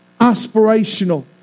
aspirational